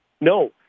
No